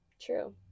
True